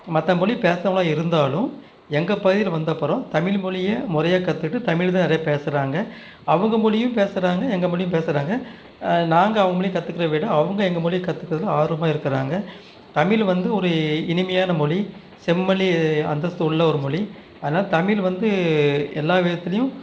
மற்ற மொழி பேசகிறவுங்களா இருந்தாலும் எங்கள் பகுதியில் வந்தப்புறோம் தமிழ்மொழிய முறையாக கத்துகிட்டு தமிழ் தான் நிறையா பேசுறாங்க அவங்க மொழியும் பேசுறாங்க எங்கள் மொழியும் பேசுறாங்க நாங்கள் அவங்க மொழியை கற்றுக்கிற விட அவங்க எங்கள் மொழி கற்றுக்கறதுல ஆர்வமாக இருக்கிறாங்க தமிழ் வந்து ஒரு இனிமையான மொழி செம்மொழி அந்தஸ்து உள்ள ஒரு மொழி அதனால் தமிழ் வந்து எல்லா விதத்துலையும்